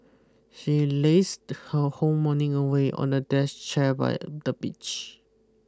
she lazed her whole morning away on a desk chair by the beach